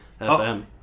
FM